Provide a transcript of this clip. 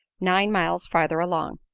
nine miles farther along.